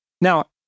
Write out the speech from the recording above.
Now